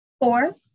Four